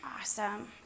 awesome